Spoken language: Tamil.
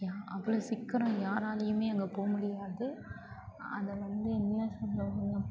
யார் அவ்வளோ சீக்கிரம் யாராலேயுமே அங்க போக முடியாது அதை வந்து என்ன சொல்லுவாங்க அப்படினா